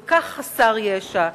כל כך חסר ישע,